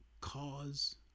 cause